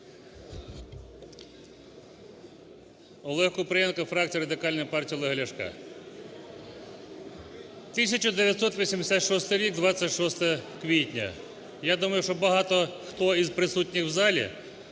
Олег Купрієнко, фракція Радикальної партії Олега Ляшка. 1986 рік 26 квітня. Я думаю, що багато хто із присутніх в залі